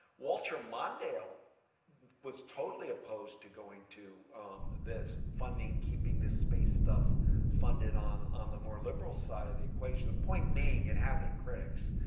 walter mondale was totally opposed to going to this, funding, keeping this space stuff funded on on the more liberal side of the equation. the point being, it has its critics.